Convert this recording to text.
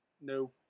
no